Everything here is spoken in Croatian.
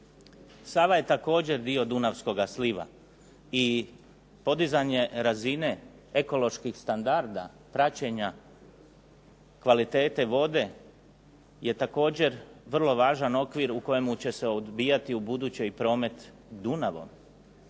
Sava je također dio Dunavskoga sliva i podizanje razine ekoloških standarda praćenja kvalitete vode je također vrlo važan okvir u kojemu će se odvijati ubuduće i promet Dunavom.